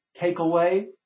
takeaway